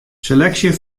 seleksje